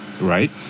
right